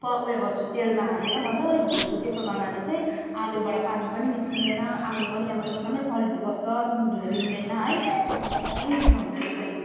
प उयो गर्छु तेलमा हालेर मजाले भुट्छु त्यसो गर्नाले चाहिँ आलुबाट पानी पनि निस्कँदैन आलु पनि अब एकदमै सलिड बस्छ झुरिँदैन है एकदमै मिठो हुन्छ त्यसरी